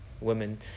women